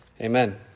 Amen